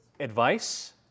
Advice